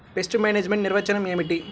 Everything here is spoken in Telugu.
పెస్ట్ మేనేజ్మెంట్ నిర్వచనం ఏమిటి?